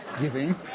giving